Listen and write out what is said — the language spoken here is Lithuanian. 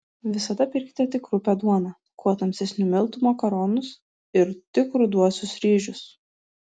visada pirkite tik rupią duoną kuo tamsesnių miltų makaronus ir tik ruduosius ryžius